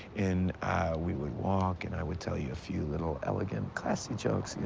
and we would walk, and i would tell you a few little elegant, classy jokes. you